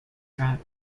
track